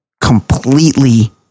completely